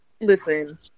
listen